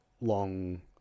long